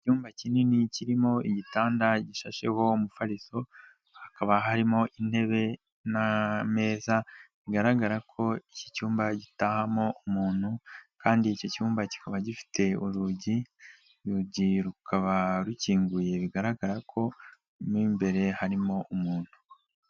Icyumba kinini kirimo igitanda gishasheho umufariso, hakaba harimo intebe n'ameza bigaragara ko iki cyumba gitahamo umuntu kandi iki cyumba kikaba gifite urugi, urugi rukaba rukinguye bigaragara ko mo imbere harimo umuntu.